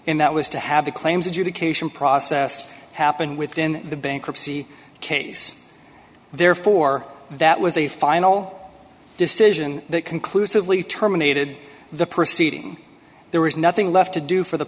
and that was to have the claims adjudication process happen within the bankruptcy case therefore that was a final decision that conclusively terminated the proceeding there was nothing left to do for the